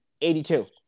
82